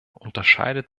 unterscheidet